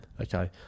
Okay